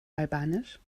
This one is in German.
albanisch